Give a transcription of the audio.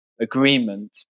agreement